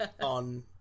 on